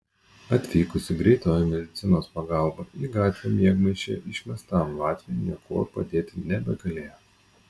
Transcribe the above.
atvykusi greitoji medicinos pagalba į gatvę miegmaišyje išmestam latviui niekuo padėti nebegalėjo